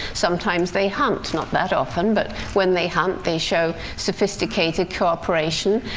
sometimes they hunt not that often, but when they hunt, they show sophisticated cooperation,